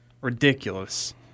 Ridiculous